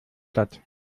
statt